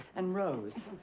and rose.